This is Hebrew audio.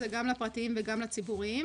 זה גם לפרטיים וגם לציבוריים.